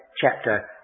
chapter